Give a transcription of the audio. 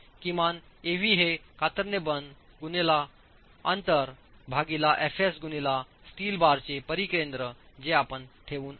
किमान एव्ही हे कतरणे बल गुनेला अंतर भागीला fs गुनेला स्टील बारचे परिकेंद्र जे आपण ठेवून आहेत